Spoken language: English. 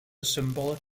symbolic